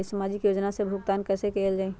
सामाजिक योजना से भुगतान कैसे कयल जाई?